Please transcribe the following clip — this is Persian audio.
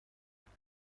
باید